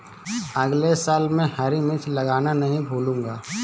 अगले साल मैं हरी मिर्च लगाना नही भूलूंगा